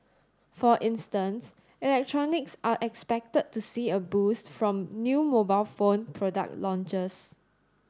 for instance electronics are expected to see a boost from new mobile phone product launches